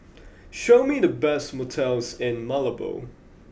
show me the best motels in Malabo